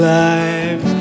life